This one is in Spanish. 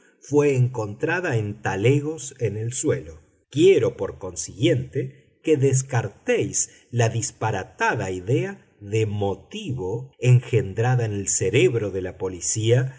fué encontrada en talegos en el suelo quiero por consiguiente que descartéis la disparatada idea de motivo engendrada en el cerebro de la policía